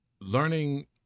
learning